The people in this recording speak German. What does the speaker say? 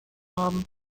haben